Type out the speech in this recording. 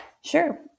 Sure